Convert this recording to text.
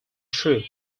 true